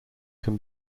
can